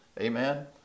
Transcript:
Amen